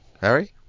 Harry